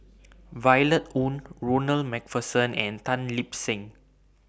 Violet Oon Ronald MacPherson and Tan Lip Seng